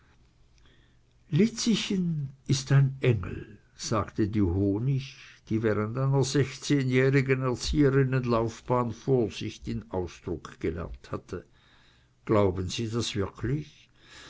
lizzichen ist ein engel sagte die honig die während einer sechzehnjährigen erzieherinnenlaufbahn vorsicht im ausdruck gelernt hatte glauben sie das wirklich